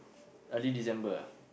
early December ah